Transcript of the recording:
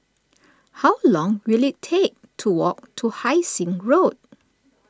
how long will it take to walk to Hai Sing Road